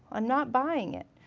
i'm not buying it.